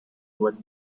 was